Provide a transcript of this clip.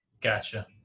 Gotcha